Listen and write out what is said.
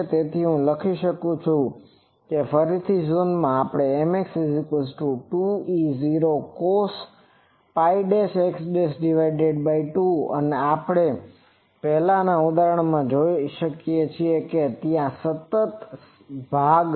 તેથી હું લખી શકું છું કે ફરીથી આ ઝોનમાં Mx 2E0 cosΠ'x'2 અને આપણે પહેલાનાં ઉદાહરણમાં પણ જોઇ શકીએ છીએ કે ત્યાં સતત ભાગ છે